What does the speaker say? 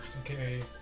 Okay